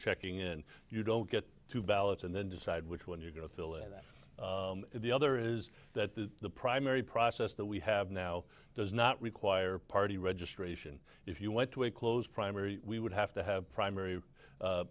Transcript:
checking in you don't get two ballots and then decide which one you're going to fill in that the other is that the the primary process that we have now does not require party registration if you went to a closed primary we would have to have primary